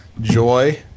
joy